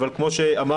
אבל כמו שאמרתי,